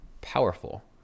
powerful